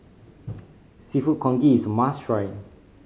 Seafood Congee is must try